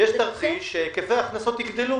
יש תרחיש שהיקפי ההכנסות יגדלו.